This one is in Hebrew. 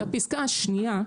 והפסקה השנייה,